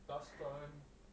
last time